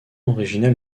original